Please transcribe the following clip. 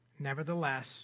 Nevertheless